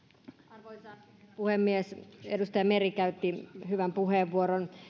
arvoisa herra puhemies edustaja meri käytti hyvän puheenvuoron